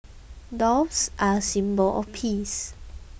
doves are a symbol of peace